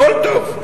הכול טוב,